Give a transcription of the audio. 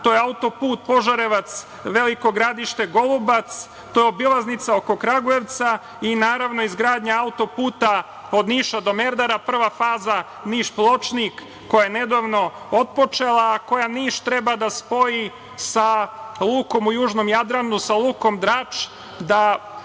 to je autoput Požarevac-Veliko Gradište-Golubac, to je obilaznica oko Kragujevca, i naravno izgradnja autoputa od Niša do Merdara, Prva faza Niš-Pločnik, koja je nedavno otpočela, a koja Niš treba da spoji sa lukom u južnom Jadranu sa lukom Drač, da